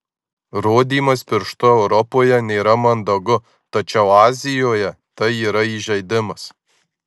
rodymas pirštu europoje nėra mandagu tačiau azijoje tai yra įžeidimas